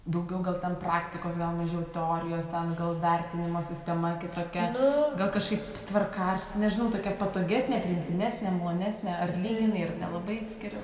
daugiau gal ten praktikos gal nežinau teorijos gal ten vertinimo sistema kitokia gal kažkaip ir tvarkaraštis nežinau tokia patogesnė priimtinesnė malonesnė ar lyginai ir nelabai skirias